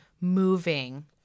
moving